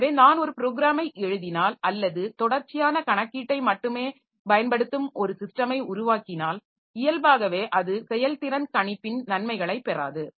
எனவே நான் ஒரு ப்ரோக்கிராமை எழுதினால் அல்லது தொடர்ச்சியான கணக்கீட்டை மட்டுமே பயன்படுத்தும் ஒரு சிஸ்டமை உருவாக்கினால் இயல்பாகவே அது செயல்திறன் கணிப்பின் நன்மைகளைப் பெறாது